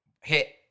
Hit